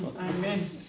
Amen